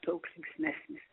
daug linksmesnis